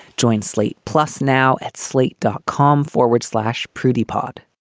join slate plus now at slate, dot com forward slash prudy pod